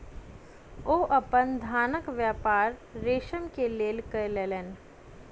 ओ अपन धानक व्यापार रेशम के लेल कय लेलैन